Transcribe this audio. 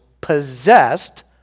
possessed